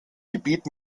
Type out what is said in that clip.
gebiet